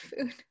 food